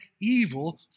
evil